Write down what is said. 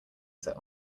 set